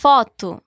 Foto